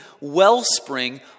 wellspring